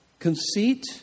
Conceit